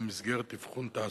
מסי העירייה ומסי הממשלה (פטורין) (מס' 21),